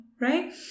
right